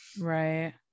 right